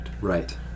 Right